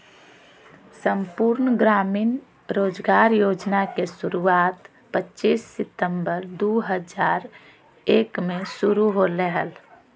संपूर्ण ग्रामीण रोजगार योजना के शुरुआत पच्चीस सितंबर दु हज़ार एक मे शुरू होलय हल